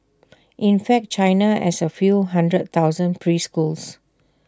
in fact China has A few hundred thousand preschools